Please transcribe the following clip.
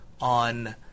on